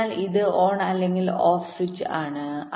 അതിനാൽ ഇത് ഓൺ അല്ലെങ്കിൽ ഓഫ് സ്വിച്ച് ആണ്